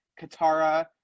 Katara